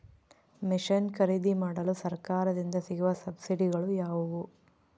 Mission ಖರೇದಿಮಾಡಲು ಸರಕಾರದಿಂದ ಸಿಗುವ ಸಬ್ಸಿಡಿಗಳು ಯಾವುವು?